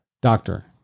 Doctor